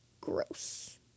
gross